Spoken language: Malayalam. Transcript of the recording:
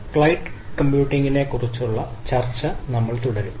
ക്ലൌഡ് കമ്പ്യൂട്ടിംഗിനെക്കുറിച്ചുള്ള ചർച്ച നമ്മൾ തുടരും